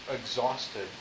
exhausted